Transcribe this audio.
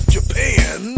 Japan